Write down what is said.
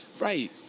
Right